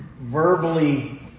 verbally